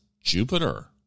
Jupiter